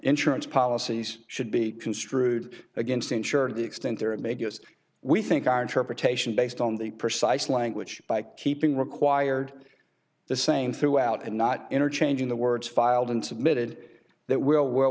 insurance policies should be construed against ensuring the extent there it made us we think our interpretation based on the precise language by keeping required the same throughout and not interchanging the words filed and submitted that will well